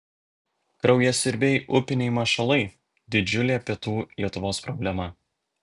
kraujasiurbiai upiniai mašalai didžiulė pietų lietuvos problema